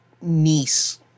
niece